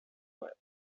group